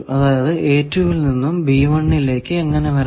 അതായത് ൽ നിന്നും ലേക്ക് എങ്ങനെ വരാം